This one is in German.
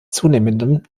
zunehmenden